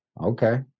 Okay